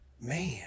Man